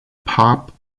pop